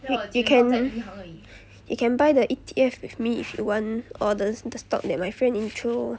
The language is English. yo~ you can you can buy the E_T_F with me if you want or the the stock that my friend intro